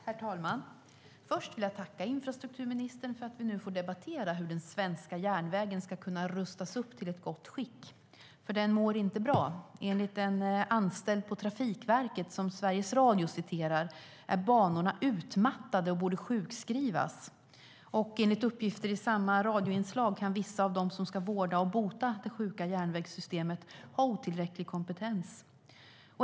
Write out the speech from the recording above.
Herr talman! Först vill jag tacka infrastrukturministern för att vi nu får debattera hur den svenska järnvägen ska kunna rustas upp till ett gott skick. För den mår inte bra. Enligt en anställd på Trafikverket som Sveriges Radio citerar är banorna utmattade och borde sjukskrivas. Och enligt uppgifter i samma radioinslag kan vissa av dem som ska vårda och bota det sjuka järnvägssystemet ha otillräcklig kompetens.